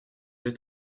êtes